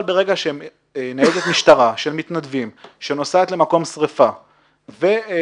אבל ברגע שניידת משטרה של מתנדבים שנוסעת למקום שריפה ומציקה,